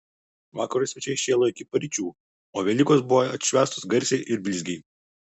vakaro svečiai šėlo iki paryčių o velykos buvo atšvęstos garsiai ir blizgiai